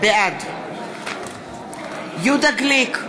בעד יהודה גליק,